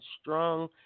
strong